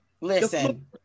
listen